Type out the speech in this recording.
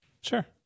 Sure